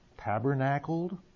tabernacled